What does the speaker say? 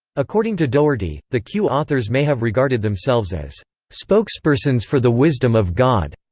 according to doherty, the q-authors may have regarded themselves as spokespersons for the wisdom of god,